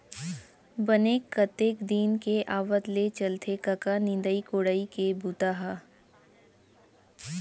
बने कतेक दिन के आवत ले चलथे कका निंदई कोड़ई के बूता ह?